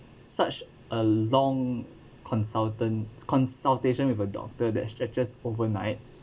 such a long consultant consultation with a doctor that stretches overnight